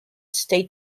state